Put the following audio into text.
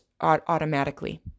automatically